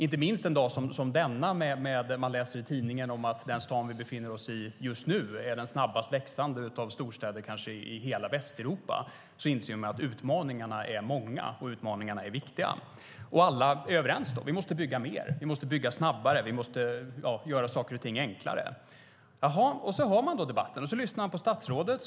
Inte minst en dag som denna när vi i tidningen kan läsa att den stad vi befinner oss i just nu är den snabbast växande av storstäder i hela Västeuropa inser vi att utmaningarna är många och viktiga. Alla är överens om att vi måste bygga mer, snabbare och enklare. Så har vi då debatten och lyssnar på statsrådet.